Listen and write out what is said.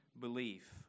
belief